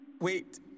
Wait